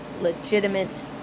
legitimate